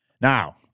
Now